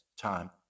time